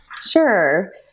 Sure